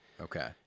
Okay